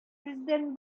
сездән